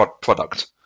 product